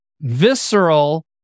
visceral